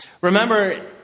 Remember